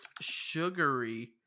sugary